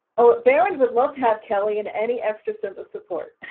oh, behrend would love to have kelly and any extra simba support.